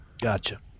Gotcha